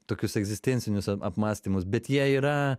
tokius egzistencinius apmąstymus bet jie yra